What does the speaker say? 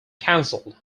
cancelled